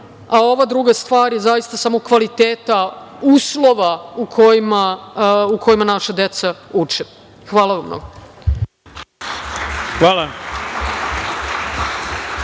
a ova druga stvar je zaista samo kvaliteta uslova u kojima naša deca uče. Hvala. **Ivica